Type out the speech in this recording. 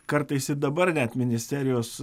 kartais ir dabar net ministerijos